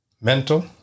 mental